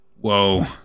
Whoa